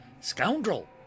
Scoundrel